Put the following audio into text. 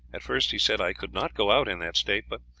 at first he said i could not go out in that state but,